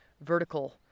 vertical